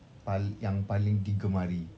pal~ yang paling digemari